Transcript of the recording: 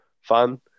fun